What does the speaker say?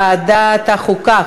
לוועדת החוקה,